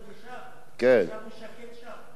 עכשיו הוא שקט שם.